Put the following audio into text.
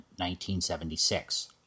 1976